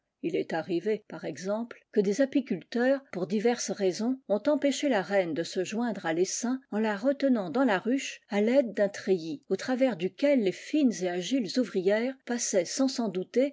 il est arrivé par exemple que des apiculteurs pour diverses raisons ont empêché la reine de se joindre à l'essaim en la retenant dans la ruche à l'aide d'un treillis au travers duquel les fines et agiles ouvrières passaient sans s'en douter